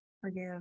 Forgive